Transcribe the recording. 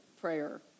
prayer